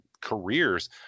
careers